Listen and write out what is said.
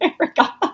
America